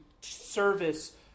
service